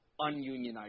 ununionized